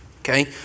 okay